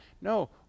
No